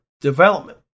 development